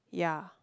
yeah